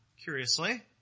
curiously